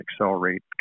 accelerate